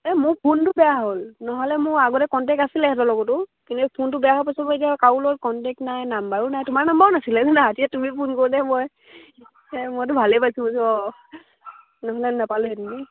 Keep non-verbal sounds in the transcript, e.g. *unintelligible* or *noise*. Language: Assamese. এই মোৰ ফোনটো বেয়া হ'ল নহ'লে মোৰ আগতে কণ্টেক্ট আছিলে সিহঁতৰ লগতো কিন্তু ফোনটো বেয়া হৈ পাচৰ পৰা এতিয়া কাৰো লগত কণ্টেক্ট নাই নাম্বাৰো নাই তোমাৰ নাম্বাৰো নাছিলে আজিয়ে তুমি ফোন কৰোঁতে মই এই মইতো ভালেই পাইছোঁ *unintelligible* অঁ নহ'লে নেপালে হৈ তুমি